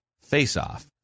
face-off